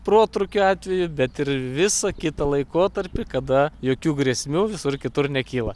protrūkio atveju bet ir visą kitą laikotarpį kada jokių grėsmių visur kitur nekyla